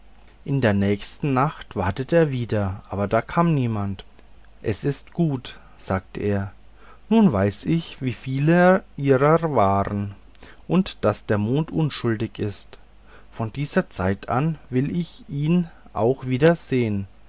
in der nächsten nacht wartete er wieder aber da kam niemand es ist gut sagte er nun weiß ich wieviel ihrer waren und daß der mond unschuldig ist von dieser zeit an will ich ihn auch